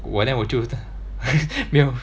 我 then 我就 没有